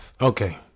Okay